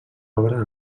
obra